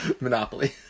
Monopoly